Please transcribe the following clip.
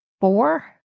four